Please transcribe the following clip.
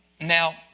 Now